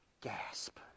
Gasp